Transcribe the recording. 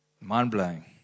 mind-blowing